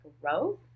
growth